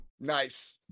Nice